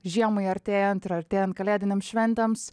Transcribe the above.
žiemai artėjant ir artėjant kalėdinėms šventėms